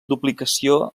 duplicació